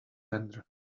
render